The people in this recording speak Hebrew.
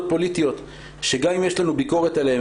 פוליטיות שגם אם יש לנו ביקורת עליהן,